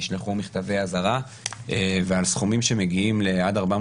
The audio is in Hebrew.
נשלחו מכתבי האזהרה ועל הסכומים שמגיעים עד 400